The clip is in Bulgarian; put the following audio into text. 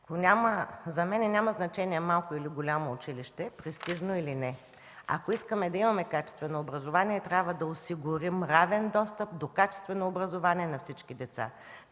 За мен няма значение – малко или голямо училище, престижно или не. Ако искаме да имаме качествено образование, трябва да осигурим равен достъп до качествено образование на всички деца.